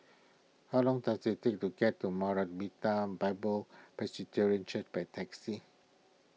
how long does it take to get to Maranatha Bible Church by taxi